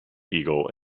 eagle